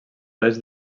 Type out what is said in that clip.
oest